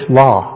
law